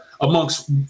amongst